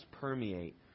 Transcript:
permeate